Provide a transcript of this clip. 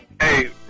hey